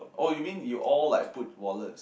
oh you mean you all like put wallets